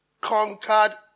conquered